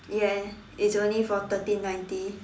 ya it's only for thirteen ninety